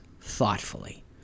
thoughtfully